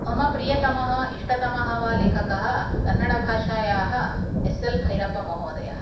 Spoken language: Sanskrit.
मम प्रियतमः इष्टतमः वा लेखकः कन्नडभाषायाः एस् एल् भैरप्पमहोदयः